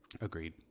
Agreed